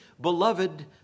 beloved